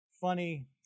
funny